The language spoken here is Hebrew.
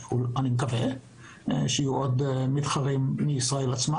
אני מקווה שיהיו עוד מתחרים מישראל עצמה